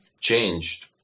changed